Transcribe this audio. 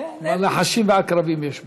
אבל נחשים ועקרבים יש בו.